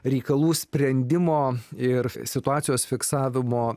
reikalų sprendimo ir situacijos fiksavimo